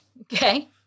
Okay